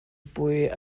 puai